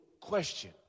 Question